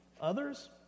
Others